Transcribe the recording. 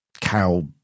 cow